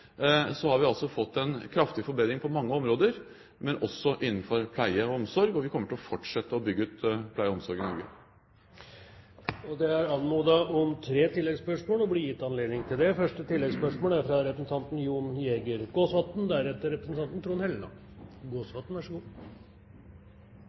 har vi fått en kraftig forbedring på mange områder, også innenfor pleie og omsorg, og vi kommer til å fortsette å bygge ut pleie og omsorg i Norge. Det er anmodet om tre oppfølgingsspørsmål, og det blir gitt anledning til det